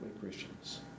Christians